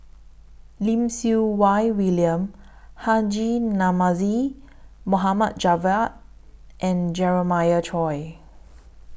Lim Siew Wai William Haji Namazie Mohamad Javad and Jeremiah Choy